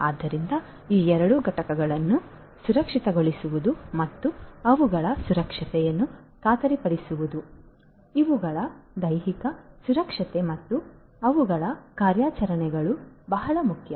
ಆದ್ದರಿಂದ ಈ ಎರಡೂ ಘಟಕಗಳನ್ನು ಸುರಕ್ಷಿತಗೊಳಿಸುವುದು ಮತ್ತು ಅವುಗಳ ಸುರಕ್ಷತೆಯನ್ನು ಖಾತರಿಪಡಿಸುವುದು ಇವುಗಳ ದೈಹಿಕ ಸುರಕ್ಷತೆ ಮತ್ತು ಅವುಗಳ ಕಾರ್ಯಾಚರಣೆಗಳೂ ಬಹಳ ಮುಖ್ಯ